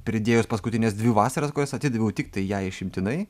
pridėjus paskutines dvi vasaras kurias atidaviau tiktai jai išimtinai